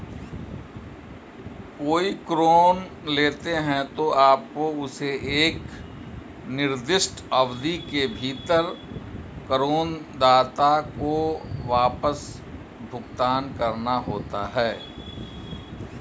कोई ऋण लेते हैं, तो आपको उसे एक निर्दिष्ट अवधि के भीतर ऋणदाता को वापस भुगतान करना होता है